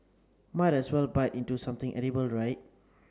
might as well bite into something edible right